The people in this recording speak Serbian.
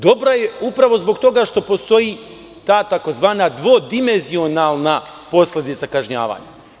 Dobro je upravo zbog toga što postoji ta tzv. dvodimenzionalna posledica kažnjavanja.